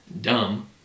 dumb